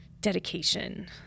dedication